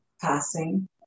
passing